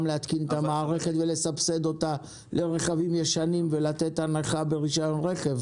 להתקין את המערכת ולסבסד אותה לרכבים ישנים ולתת הנחה ברישיון רכב.